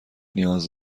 نیاز